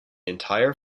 entire